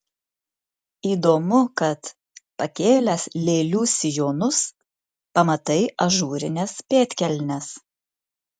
įdomu kad pakėlęs lėlių sijonus pamatai ažūrines pėdkelnes